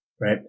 right